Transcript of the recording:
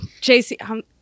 jc